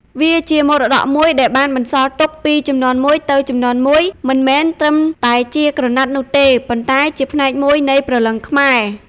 វាជាមរតកមួយដែលបានបន្សល់ទុកពីជំនាន់មួយទៅជំនាន់មួយ មិនមែនត្រឹមតែជាក្រណាត់នោះទេ ប៉ុន្តែជាផ្នែកមួយនៃព្រលឹងខ្មែរ។